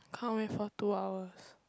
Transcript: can't wait for two hours